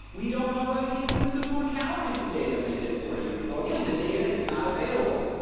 we don't knowwhether people consume more calories today than they did forty years ago. again, the data is not available.